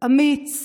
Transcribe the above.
אמיץ